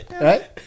Right